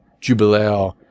Jubilee